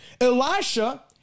Elisha